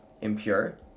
impure